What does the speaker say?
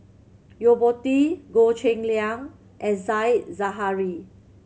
Yo Po Tee Goh Cheng Liang and Said Zahari